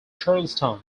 charleston